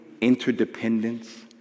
interdependence